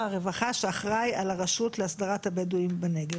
הרווחה שאחראי על הרשות להסדרת הבדואים בנגב,